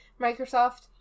Microsoft